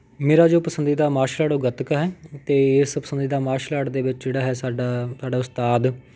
ਮੇਰਾ ਜੋ ਪਸੰਦੀਦਾ ਮਾਰਸ਼ਲ ਆਰਟ ਉਹ ਗੱਤਕਾ ਹੈ ਅਤੇ ਇਸ ਪਸੰਦੀਦਾ ਮਾਰਸ਼ਲ ਆਰਟ ਦੇ ਵਿੱਚ ਜਿਹੜਾ ਹੈ ਸਾਡਾ ਸਾਡਾ ਉਸਤਾਦ